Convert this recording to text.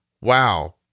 Wow